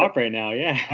um right now, yeah.